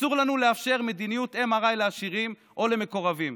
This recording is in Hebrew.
אסור לנו לאפשר מדיניות MRI לעשירים או למקורבים,